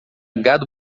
gado